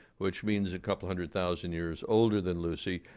which means a couple hundred thousand years older than lucy,